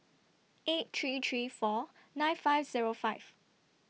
eight three three four nine five Zero five